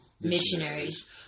Missionaries